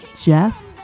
Jeff